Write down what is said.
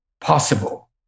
possible